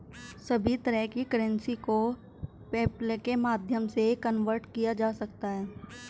सभी तरह की करेंसी को पेपल्के माध्यम से कन्वर्ट किया जा सकता है